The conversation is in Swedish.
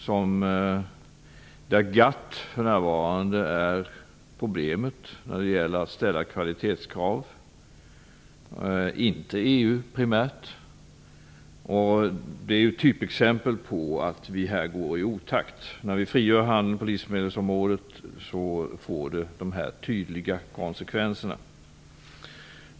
Där är GATT för närvarande problemet när det gäller att ställa kvalitetskrav, inte primärt EU. Det är ett typexempel på att vi här går i otakt. När vi frigör handel på livsmedelsområdet får det dessa tydliga konsekvenser.